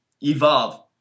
Evolve